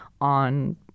on